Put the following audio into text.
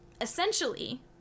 Essentially